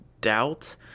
doubt